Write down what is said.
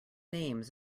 names